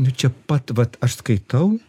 ir čia pat vat aš skaitau